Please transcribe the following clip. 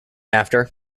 after